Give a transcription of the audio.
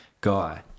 guy